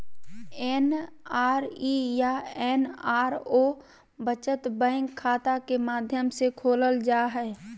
NRE या NRO बचत bank खाता के माध्यम से खोलल जा हइ